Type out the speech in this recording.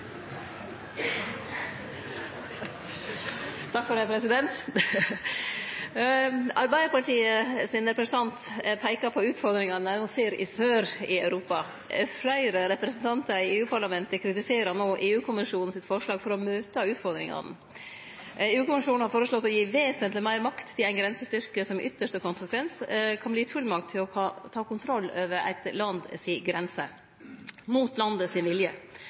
representant peikar på utfordringane han ser sør i Europa. Fleire representantar i EU-parlamentet kritiserer no EU-kommisjonens forslag for å møte utfordringane. EU-kommisjonen har føreslått å gi vesentleg meir makt til ei grensestyrke som i yttarste konsekvens kan verte gitt fullmakt til å ta kontroll over eit lands grense, mot landets vilje.